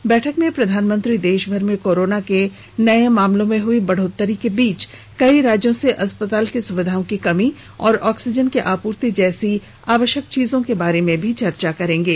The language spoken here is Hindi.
इस बैठक में प्रधानमंत्री देशभर में कोरोना के नए मामलों में हुई बढ़ोतरी के बीच कई राज्यों से अस्पताल की सुविधाओं की कमी और ऑक्सीजन की आपूर्ति जैसी आवश्यक चीजों के बारे में चर्चा करेंगे